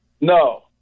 No